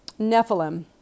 Nephilim